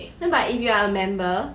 then but if you are a member